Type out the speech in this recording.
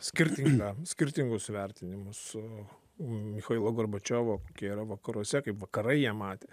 skirtingą skirtingus vertinimus su michailo gorbačiovo era vakaruose kaip vakarai ją matė